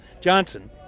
Johnson